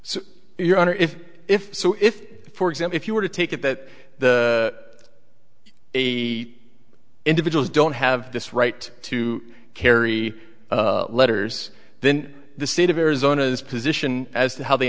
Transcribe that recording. so your honor if if so if for example if you were to take it that the a individuals don't have this right to carry letters then the state of arizona's position as to how they